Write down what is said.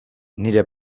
nire